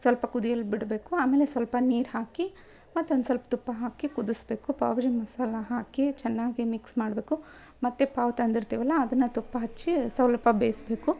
ಸ್ವಲ್ಪ ಕುದಿಯಲು ಬಿಡಬೇಕು ಆಮೇಲೆ ಸ್ವಲ್ಪ ನೀರು ಹಾಕಿ ಮತ್ತು ಒಂದು ಸ್ವಲ್ಪ್ ತುಪ್ಪ ಹಾಕಿ ಕುದಿಸಬೇಕು ಪಾವ್ಬಾಜಿ ಮಸಾಲ ಹಾಕಿ ಚೆನ್ನಾಗಿ ಮಿಕ್ಸ್ ಮಾಡಬೇಕು ಮತ್ತು ಪಾವ್ ತಂದಿರ್ತೀವಲ್ಲ ಅದನ್ನು ತುಪ್ಪ ಹಚ್ಚಿ ಸ್ವಲ್ಪ ಬೇಯಿಸ್ಬೇಕು